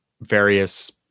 various